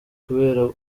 kubera